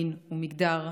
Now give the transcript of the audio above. מין ומגדר,